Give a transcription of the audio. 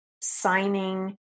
signing